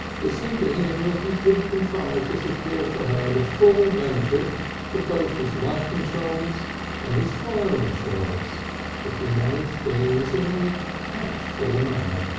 it seemed to him that he could contrive to secure for her the full benefit of both his life insurance and his fire insurance if he managed things in a tactful manner.